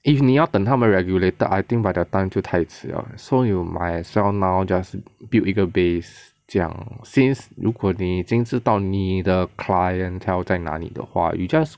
if 你要等他们 regulated I think by that time 就太迟了 so you might as well now just build 一个 base 这样 since 如果你已经知道你的 clientele 在哪里的话 you just